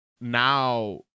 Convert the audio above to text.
now